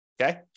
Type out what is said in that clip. okay